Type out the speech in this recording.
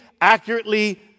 accurately